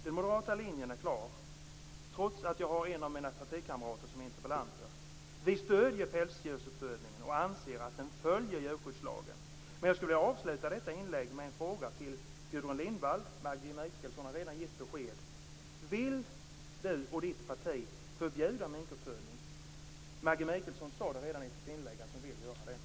Den moderata linjen är klar, trots att en av mina partikamrater är interpellant. Vi stöder pälsdjursuppfödningen och anser att den följer djurskyddslagen. Jag vill avsluta mitt inlägg med en fråga till Gudrun Lindvall. Maggi Mikaelsson har redan gett besked. Vill Gudrun Lindvall och hennes parti förbjuda minkuppfödning? Maggi Mikaelsson sade i sitt inlägg att hon vill göra det.